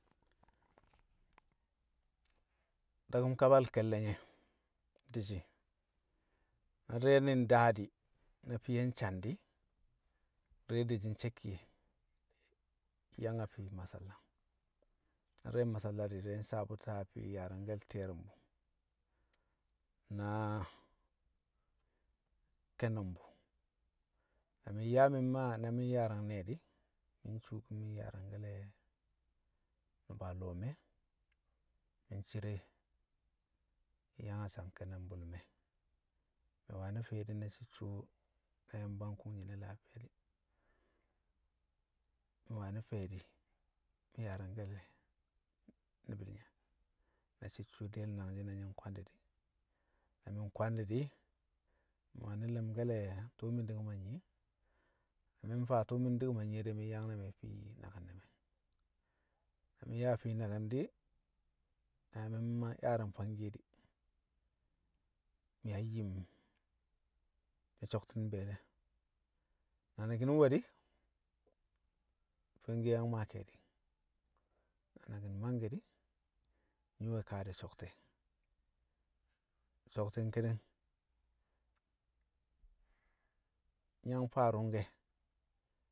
Dakṵm kabal kelle̱ nye̱ di̱shi̱ na di̱re̱ di̱ ndaa di̱, na fiye nsan di̱, di̱re̱ deshi nsakkiye yang a fii ma salla, na di̱re̱ mma salla di̱re̱ sawe̱ bṵti̱ a fii yaari̱ngke̱l ti̱ye̱rṵmbṵ na ke̱nṵmbṵ. Na mi̱ nyaa mɪ maa, na mi̱ nyaari̱ng ne̱e̱ di̱. mi̱ nshuukin mi̱ nyaari̱ngke̱le̱ nṵba lo̱o̱ me̱. mi̱ ncere, mi̱ nyang a sang ke̱nṵmbṵl me̱, mi̱ wani̱ fi̱ye̱di̱ na cicco na Yamba nkung nyi̱ne̱ lafiya di̱, mi̱ wani̱ fi̱ye̱di̱ mi̱ yaari̱ngke̱l ni̱bi̱l nye̱ na cicco̱. Diyel nangshi na nyi̱ nkwandi̱ di̱, na mi̱ nkwandi̱ di̱ mi̱ wani̱ lamke̱le̱ tṵṵ mi̱ di̱kṵm a nyiye. Na mi̱ mfaa tu̱u̱ mi̱ ndi̱ku̱m a nyiye di̱, mi̱ nyang ne̱ me̱ a fii naki̱n ne̱ me̱. Na mi̱ nyaa fii naki̱n di̱ yaa mi̱ mmaa, nyaari̱ng fangkiye de̱, mi̱ yang yim mi̱ so̱kti̱n be̱e̱le̱. Na naki̱n nwe̱ di̱ fangkiye yang maa ke̱e̱di̱. Na naki̱n mangke̱ di̱ nyi̱ wẹ kaa di̱ so̱kte̱, so̱kti̱n ki̱ni̱ng nyi̱ yang faa ru̱ngke̱